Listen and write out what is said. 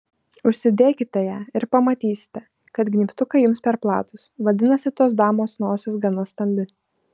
užsidėkite ją ir pamatysite kad gnybtukai jums per platūs vadinasi tos damos nosis gana stambi